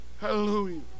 Hallelujah